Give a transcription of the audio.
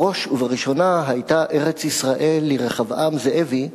בראש ובראשונה היתה ארץ-ישראל לרחבעם זאבי מולדת.